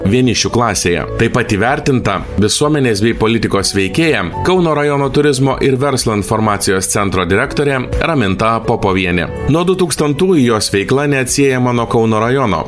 vienišių klasėje taip pat įvertinta visuomenės bei politikos veikėja kauno rajono turizmo ir verslo informacijos centro direktorė raminta popovienė nuo dutūkstantųjų jos veikla neatsiejama nuo kauno rajono